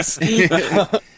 Yes